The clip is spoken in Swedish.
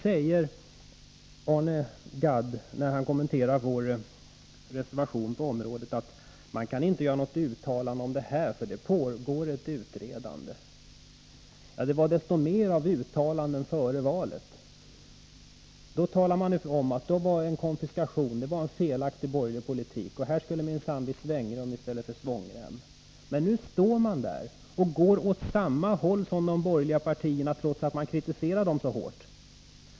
När Arne Gadd kommenterade vår reservation sade han att det inte går ätt göra något uttalande, eftersom det pågår en utredning. Före valet var det så mycket mer av uttalanden. Då talade man om konfiskation. Det var en felaktig borgerlig politik. Här skulle det minsann vara svängrum i stället för svångrem. Men nu går socialdemokraterna åt samma håll som de borgerliga partierna, trots att socialdemokraterna förut kritiserade dem så hårt.